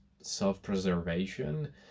self-preservation